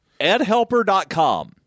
Edhelper.com